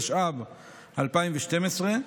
התשע"ב 2012,